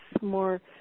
more